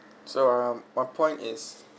so um my point is